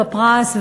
בפרס,